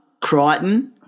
Crichton